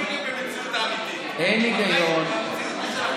אין היגיון, אתם חיים